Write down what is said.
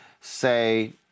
say